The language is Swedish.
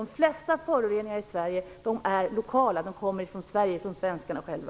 De flesta föroreningar i Sverige är lokala - de kommer från svenskarna själva.